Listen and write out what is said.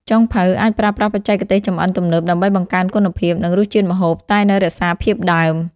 ចុងភៅអាចប្រើប្រាស់បច្ចេកទេសចម្អិនទំនើបដើម្បីបង្កើនគុណភាព និងរសជាតិម្ហូប តែនៅរក្សាភាពដើម។